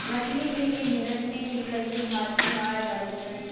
मछली एके मिनट मे निकल के हाथ मे आ जालीसन